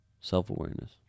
Self-awareness